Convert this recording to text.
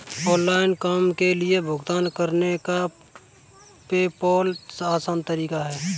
online काम के लिए भुगतान करने का पेपॉल आसान तरीका है